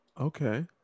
Okay